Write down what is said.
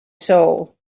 soul